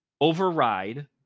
override